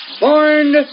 Born